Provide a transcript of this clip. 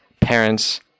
parents